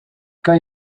kan